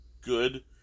good